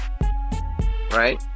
right